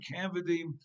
cavity